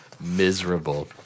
Miserable